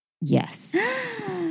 Yes